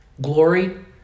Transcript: Glory